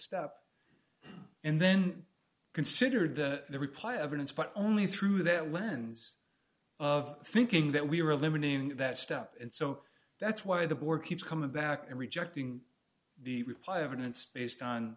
step and then considered that the reply evidence but only through that lens of thinking that we were limiting that step and so that's why the board keeps coming back and rejecting the reply evidence based on